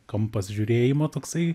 kampas žiūrėjimo toksai